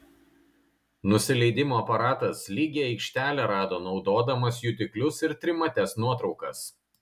nusileidimo aparatas lygią aikštelę rado naudodamas jutiklius ir trimates nuotraukas